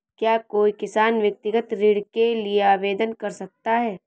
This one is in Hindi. क्या कोई किसान व्यक्तिगत ऋण के लिए आवेदन कर सकता है?